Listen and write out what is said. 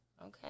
Okay